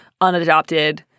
unadopted